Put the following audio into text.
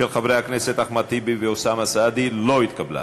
של חברי הכנסת אחמד טיבי ואוסאמה סעדי, לא התקבלה.